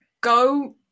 Go